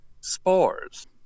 spores